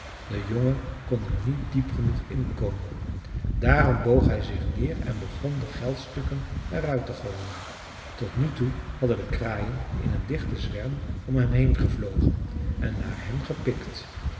de jongen kon er niet diep genoeg inkomen daarom boog hij zich neer en begon de geldstukken er uit te gooien tot nu toe hadden de kraaien in een dichten zwerm om hem heen gevlogen en naar hem gepikt